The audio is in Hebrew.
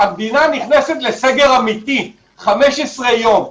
המדינה נכנסת לסגר אמיתי 15 יום.